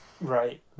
right